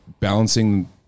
Balancing